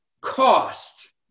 cost